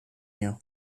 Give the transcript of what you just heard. you